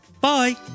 Bye